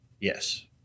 Yes